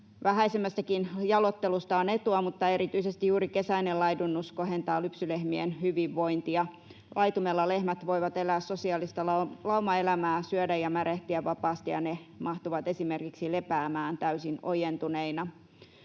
Vähäisemmästäkin jaloittelusta on etua, mutta erityisesti juuri kesäinen laidunnus kohentaa lypsylehmien hyvinvointia. Laitumella lehmät voivat elää sosiaalista laumaelämää, syödä ja märehtiä vapaasti ja ne mahtuvat esimerkiksi lepäämään täysin ojentuneina.